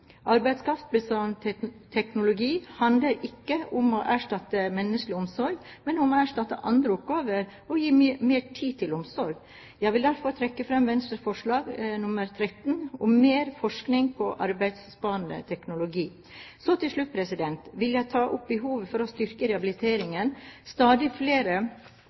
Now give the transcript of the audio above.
Arbeidskraftbesparende teknologi handler ikke om å erstatte menneskelig omsorg, men om å erstatte andre oppgaver og gi mer tid til omsorg. Jeg vil derfor trekke fram Venstres forslag nr. 13, om mer forskning på arbeidskraftbesparende teknologi. Så til slutt vil jeg ta opp behovet for å styrke rehabiliteringen. Stadig